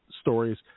stories